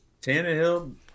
Tannehill